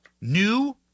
new